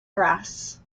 brass